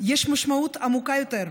יש משמעות עמוקה יותר,